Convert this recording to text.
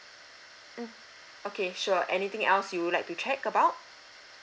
mm okay sure anything else you would like to check about